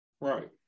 right